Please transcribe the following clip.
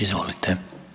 Izvolite.